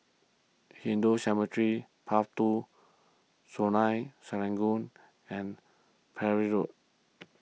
Hindu Cemetery Path two Sungei Serangoon and Parry Road